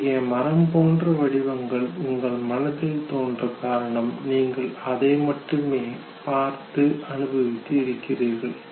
இத்தகைய மரம் போன்ற வடிவங்கள் உங்கள் மனதில் தோன்றக் காரணம் நீங்கள் அதை மட்டுமே பார்த்து அனுபவித்து இருக்கிறீர்கள்